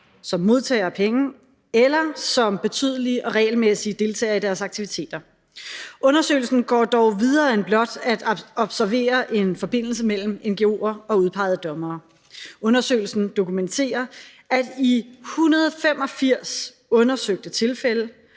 som modtager af penge eller som betydelig og regelmæssig deltager i deres aktiviteter. Undersøgelsen går dog videre end blot at observere en forbindelse mellem ngo'er og udpegede dommere. Undersøgelsen dokumenterer, at i 185 undersøgte tilfælde,